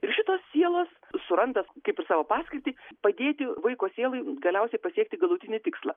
ir šitos sielos suranda kaip ir savo paskirtį padėti vaiko sielai galiausiai pasiekti galutinį tikslą